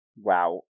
Wow